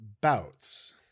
bouts